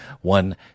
one